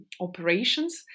operations